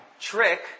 trick